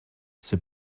ces